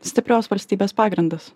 stiprios valstybės pagrindas